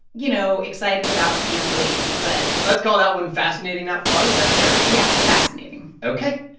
you know, excited about camp lady, but. let's call that one fascinating, not fun. is that fair? yeah, fascinating ok,